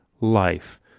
life